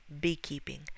beekeeping